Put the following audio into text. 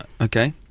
Okay